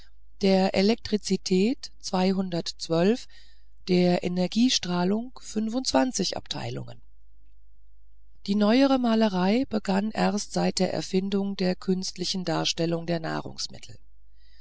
der elektrizität der energie strahlung abteilungen die neuere malerei begann erst seit der erfindung der künstlichen darstellung der nahrungsmittel